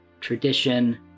tradition